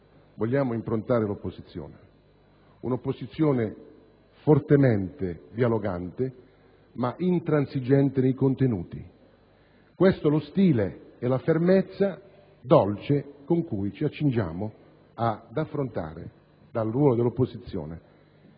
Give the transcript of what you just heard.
vogliamo impostare la nostra opposizione: fortemente dialogante, ma intransigente nei contenuti. Questo lo stile e la fermezza dolce con cui ci accingiamo ad affrontare, dal ruolo dell'opposizione,